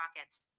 Rockets